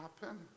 happen